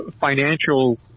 financial